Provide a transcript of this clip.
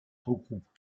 regroupent